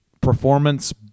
performance